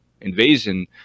invasion